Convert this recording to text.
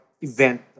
event